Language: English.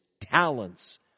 talents